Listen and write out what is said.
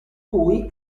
cui